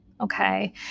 Okay